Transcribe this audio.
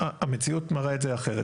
המציאות מראה את זה אחרת.